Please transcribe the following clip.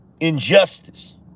injustice